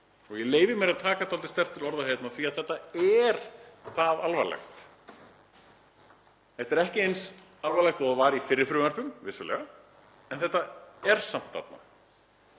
Ég leyfi mér að taka dálítið sterkt til orða hérna því að þetta er það alvarlegt. Þetta er ekki eins alvarlegt og var í fyrri frumvörpum, vissulega. En þetta er samt þarna